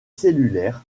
cellulaires